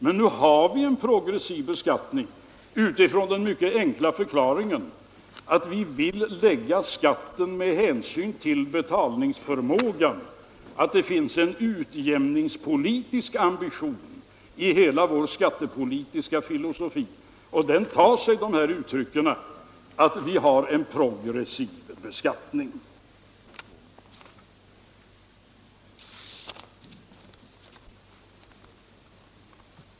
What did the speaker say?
Men nu har vi ju en progressiv beskattning utifrån den mycket enkla förklaringen, att vi vill lägga skatten med hänsyn till betalningsförmåga, att det finns en utjämningspolitisk ambition i hela vår skattepolitiska filosofi och att den tar sig uttryck i att vi har en progressiv beskattning.